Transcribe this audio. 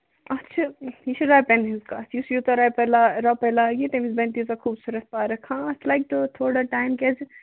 اَتھ چھُ یہِ چھِ رۄپین ہٕنٛز کَتھ یُس یوٗتاہ رۄپے رۅپے لاگہِ تٔمِس بَنہِ تیٖژاہ خوٗبصوٗرت پارک ہاں اَتھ لَگہِ تھوڑا ٹایم کیٛازِکہِ